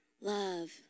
love